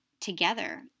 together